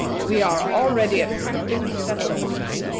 we are already attracting settlers!